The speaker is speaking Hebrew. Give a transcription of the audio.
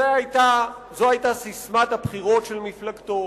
זו היתה ססמת הבחירות של מפלגתו,